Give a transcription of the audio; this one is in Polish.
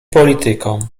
politykom